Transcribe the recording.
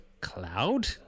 cloud